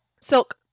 Silk